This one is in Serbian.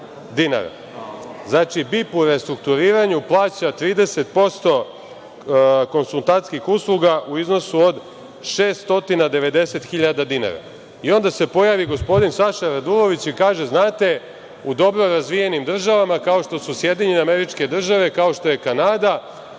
BIP u restrukturiranju plaća 30% konsultantskih usluga u iznosu od 690.000 dinara. Onda se pojavi gospodin Saša Radulović i kaže, znate, u dobro razvijenim državama kao što su SAD, kao što je Kanada,